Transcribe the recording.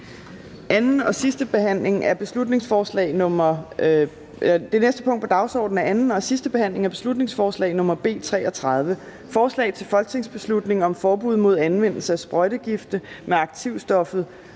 Det næste punkt på dagsordenen er: 22) 2. (sidste) behandling af beslutningsforslag nr. B 33: Forslag til folketingsbeslutning om forbud mod anvendelse af sprøjtegifte med aktivstoffet